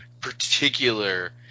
particular